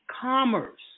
commerce